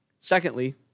Secondly